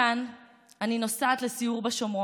מכאן אני נוסעת לסיור בשומרון.